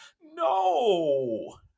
no